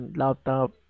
laptop